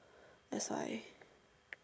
that's why